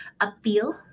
appeal